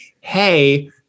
hey